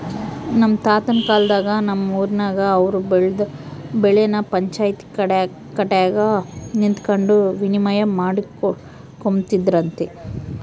ನಮ್ ತಾತುನ್ ಕಾಲದಾಗ ನಮ್ ಊರಿನಾಗ ಅವ್ರು ಬೆಳ್ದ್ ಬೆಳೆನ ಪಂಚಾಯ್ತಿ ಕಟ್ಯಾಗ ನಿಂತಕಂಡು ವಿನಿಮಯ ಮಾಡಿಕೊಂಬ್ತಿದ್ರಂತೆ